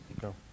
Go